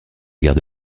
guerre